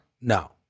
No